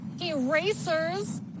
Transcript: erasers